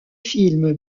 film